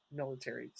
militaries